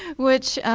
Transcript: which